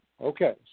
Okay